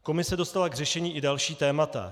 Komise dostala k řešení i další témata.